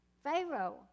Pharaoh